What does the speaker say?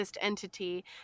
entity